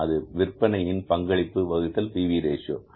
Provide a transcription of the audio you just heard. அது விற்பனையின் பங்களிப்பு வகுத்தல் P V ratio PV Ratio